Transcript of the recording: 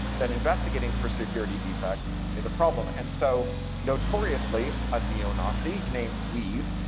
then investigating for security defects is a problem, and so notoriously a neo-nazi named weev,